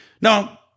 Now